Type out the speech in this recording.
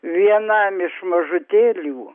vienam iš mažutėlių